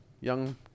young